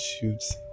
shoots